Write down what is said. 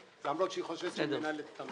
למרות שהיא חושבת שהיא מנהלת את המדינה.